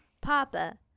Papa